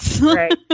Right